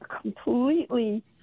completely